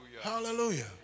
hallelujah